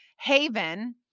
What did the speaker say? Haven